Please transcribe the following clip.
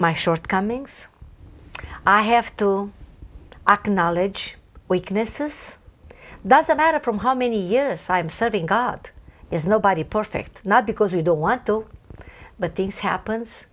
my shortcomings i have to acknowledge weaknesses that's about a from how many years i am serving god is nobody perfect not because we don't want the but these happens